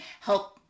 help